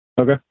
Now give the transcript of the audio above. Okay